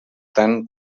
tant